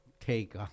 take